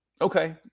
Okay